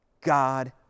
God